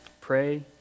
Pray